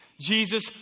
Jesus